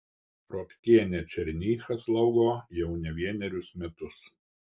rotkienė černychą slaugo jau ne vienerius metus